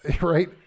right